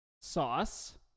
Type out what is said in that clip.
sauce